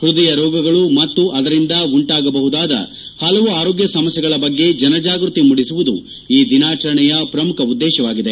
ಪೃದಯ ರೋಗಗಳು ಮತ್ತು ಆದರಿಂದ ಉಂಟಾಗಬಹುದಾದ ಹಲವು ಆರೋಗ್ಯ ಸಮಸ್ಥೆಗಳ ಬಗ್ಗೆ ಜನಜಾಗೃತಿ ಮೂಡಿಸುವುದು ಈ ದಿನಾಚರಣೆಯ ಪ್ರಮುಖ ಉದ್ದೇಶವಾಗಿದೆ